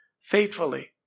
faithfully